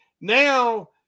Now